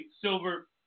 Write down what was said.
silver